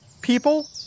people